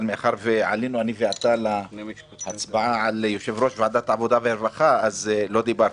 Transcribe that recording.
אבל מאחר שעלינו להצבעה על יושב-ראש ועדת העבודה והרווחה אני לא דיברתי.